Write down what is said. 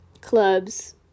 clubs